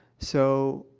so,